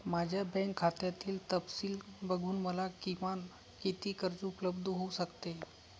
माझ्या बँक खात्यातील तपशील बघून मला किमान किती कर्ज उपलब्ध होऊ शकते?